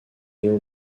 néo